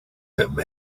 him